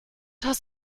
hast